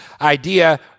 idea